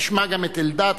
נשמע את חבר הכנסת אלדד,